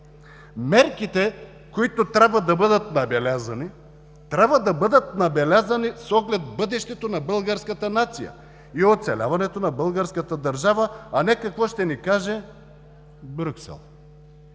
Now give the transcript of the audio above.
„Мерките, които трябва да бъдат набелязани, трябва да бъдат набелязани с оглед бъдещето на българската нация и оцеляването на българската държава, а не какво ще ни каже Брюксел“.